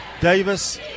Davis